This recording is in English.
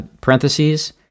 parentheses